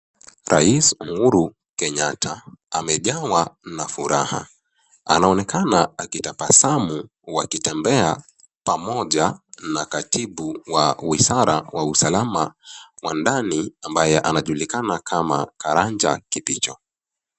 Rais Uhuru Kenyatta amejawa na furaha anaonekana akitabasamu wakitembea pamoja na katibu wa wizara wa usalama wa ndani ambaye anayejulikana kama Karanja Kibicho.